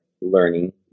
learning